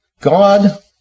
God